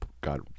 God